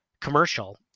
commercial